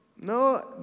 no